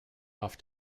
off